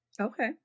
Okay